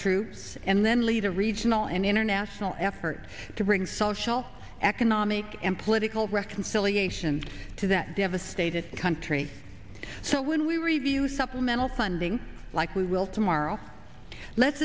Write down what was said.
troops and then lead a regional and internet asil effort to bring social economic and political reconciliation to that devastated country so when we review supplemental funding like we will tomorrow let's